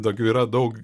tokių yra daug